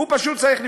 הוא פשוט צריך לבחור.